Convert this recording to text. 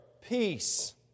peace